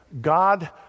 God